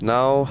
Now